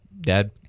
dad